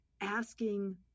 asking